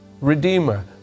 Redeemer